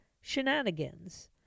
shenanigans